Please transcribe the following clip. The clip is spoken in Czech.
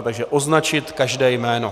Takže označit každé jméno.